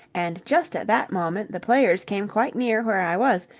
and just at that moment the players came quite near where i was,